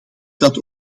dat